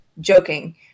joking